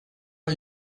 are